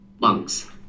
Monks